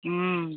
हम्म